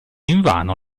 invano